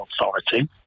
authority